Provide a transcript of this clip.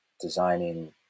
designing